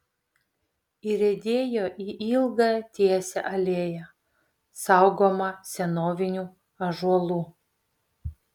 įriedėjo į ilgą tiesią alėją saugomą senovinių ąžuolų